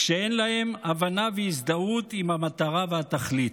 כשאין להם הבנה והזדהות עם המטרה והתכלית.